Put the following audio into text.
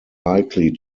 likely